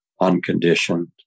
unconditioned